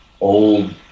old